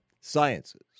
Sciences